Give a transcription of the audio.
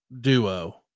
duo